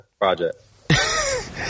project